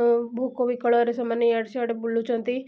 ଆଉ ଭୋକ ବିକଳରେ ସେମାନେ ଇଆଡ଼େ ସିଆଡ଼େ ବୁଲୁଛନ୍ତି